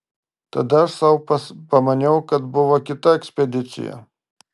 tada aš sau pamaniau kad buvo kita ekspedicija